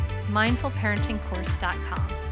mindfulparentingcourse.com